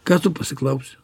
ką tu pasiklausi